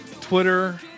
Twitter